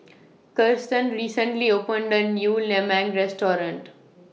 Kiersten recently opened A New Lemang Restaurant